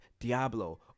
Diablo